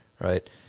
Right